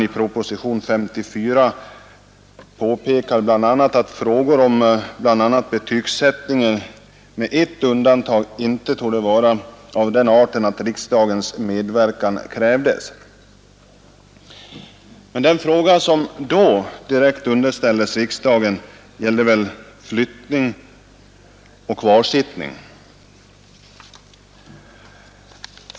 I proposition 54 det året påpekades att frågor om bl.a. betygsättning, med ett undantag, inte torde vara av den arten att riksdagens medverkan krävdes. Den fråga som då direkt underställdes riksdagen gällde väl flyttning och kvarsittning.